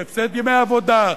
בהפסד ימי עבודה,